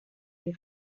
die